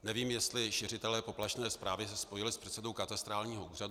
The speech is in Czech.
Nevím, jestli se šiřitelé poplašné zprávy spojili s předsedou katastrálního úřadu.